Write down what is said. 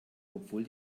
obwohl